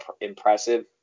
impressive